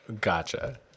Gotcha